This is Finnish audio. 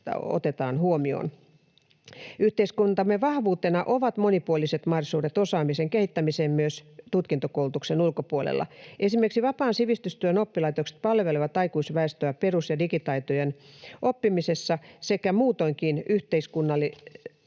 otetaan huomioon. Yhteiskuntamme vahvuutena ovat monipuoliset mahdollisuudet osaamisen kehittämiseen myös tutkintokoulutuksen ulkopuolella. Esimerkiksi vapaan sivistystyön oppilaitokset palvelevat aikuisväestöä perus- ja digitaitojen oppimisessa sekä muutoinkin yhteiskunnallisen